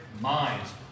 minds